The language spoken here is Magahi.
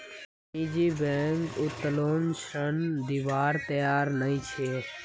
निजी बैंक उत्तोलन ऋण दिबार तैयार नइ छेक